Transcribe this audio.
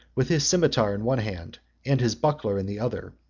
with his cimeter in one hand and his buckler in the other,